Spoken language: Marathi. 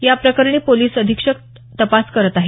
याप्रकरणी पोलिस अधिक तपास करत आहेत